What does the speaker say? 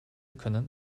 können